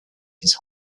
his